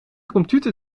computer